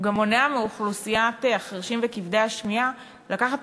הוא גם מונע מאוכלוסיית החירשים וכבדי השמיעה לקחת